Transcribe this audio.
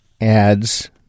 adds